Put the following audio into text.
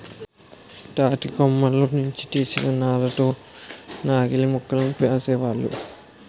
తాటికమ్మల నుంచి తీసిన నార తో నాగలిమోకులను పేనేవాళ్ళు